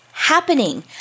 happening